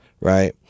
Right